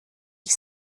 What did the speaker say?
ich